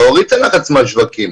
להוריד את הלחץ מהשווקים.